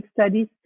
studies